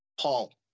Paul